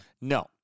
No